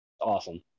awesome